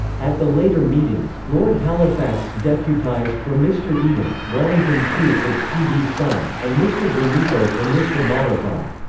at the later meetings, lord halifax deputized for mister eden, wellington koo for t. v. soong, and mister gromyko for mister molotov.